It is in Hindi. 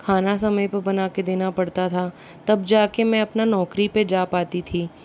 खाना समय पर बना कर देना पड़ता था तब जा कर मैं अपना नौकरी पर जा पाती थी